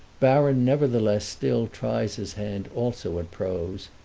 baron nevertheless still tries his hand also at prose,